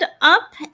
up